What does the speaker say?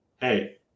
Hey